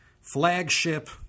flagship